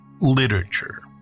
Literature